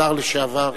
השר לשעבר.